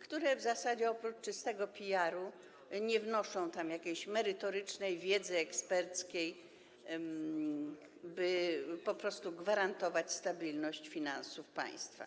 które w zasadzie oprócz czystego PR-u nie wnoszą tam jakiejś merytorycznej wiedzy eksperckiej, by po prostu gwarantować stabilność finansów państwa.